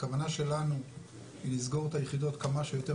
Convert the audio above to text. הכוונה שלנו היא לסגור את היחידות כמה שיותר